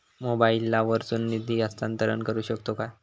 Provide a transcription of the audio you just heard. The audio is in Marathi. मोबाईला वर्सून निधी हस्तांतरण करू शकतो काय?